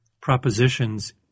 propositions